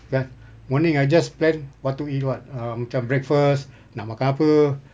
kan morning I just plan want to eat what um macam breakfast nak makan apa